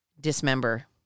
Dismember